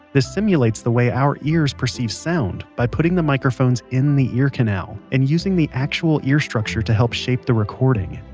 this simulates the way our ears perceive sound putting the microphones in the ear canal, and using the actual ear structure to help shape the recording.